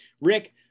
Rick